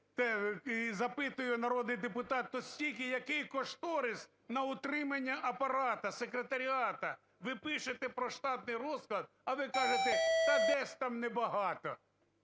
і запитує народний депутат, то скільки, який кошторис на утримання апарату, секретаріату, ви пишете про штатний розклад, а ви кажете, та десь там небагато.